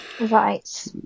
Right